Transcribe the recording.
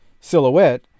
silhouette